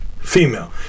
female